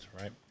right